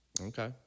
Okay